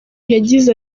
yagize